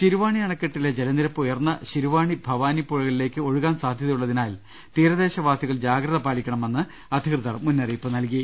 ശിരുവാണി അണക്കെട്ടിലെ ജലനിരപ്പ് ഉയർന്ന് ശിരുവാണി ഭവാനിപ്പുഴകളിലേക്ക് ഒഴുകാൻ സാധ്യതയുള്ളതിനാൽ തീരദേശവാസി കൾ ജാഗ്രത പാലിക്കണമെന്ന് അധികൃതർ മുന്നറിയിപ്പ് നൽകി